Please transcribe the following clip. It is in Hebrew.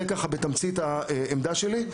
זאת העמדה שלי,